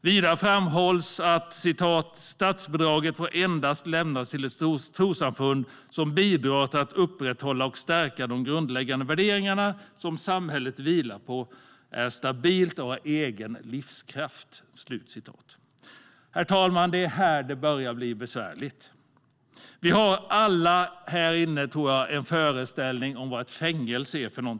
Vidare framhålls att statsbidraget endast får lämnas till ett trossamfund som bidrar till att upprätthålla och stärka de grundläggande värderingar som samhället vilar på, är stabilt och har egen livskraft. Herr talman! Det är här det börjar bli besvärligt. Vi här inne har alla en föreställning om vad ett fängelse är för något.